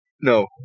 No